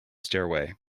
stairway